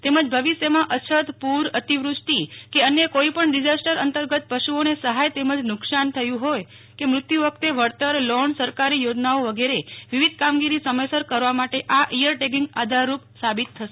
તેમજ ભવિષ્યમાં અછત પુર અતિવૃષ્ટિ કે અન્ય કોઇ પણ ડિઝાસ્ટર અંતર્ગત પશુઓને સહાય તેમજ નુકશાન મૃત્યુ વખતે વળતર લોન સરકારી યોજનાઓ વગેરે વિવિધ કામગીરી સમયસર કરવા માટે આ ઇઅર ટેગિંગ આધારરૂપ સાબિત થશે